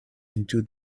into